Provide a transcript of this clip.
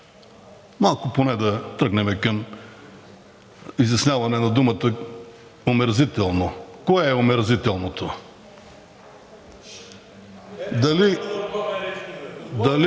малко поне да тръгнем към изясняване на думата омерзително. Кое е омерзителното?